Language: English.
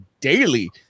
daily